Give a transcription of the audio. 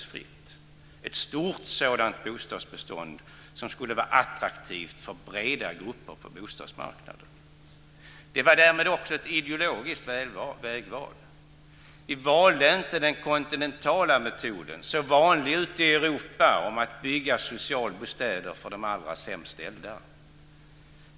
Det var ett stort sådant bostadsbestånd som skulle vara attraktivt för breda grupper på bostadsmarknaden. Det var därmed också ett ideologiskt vägval. Vi valde inte den kontinentala metoden - så vanlig i Europa - att bygga socialbostäder för dem som har det allra sämst ställt.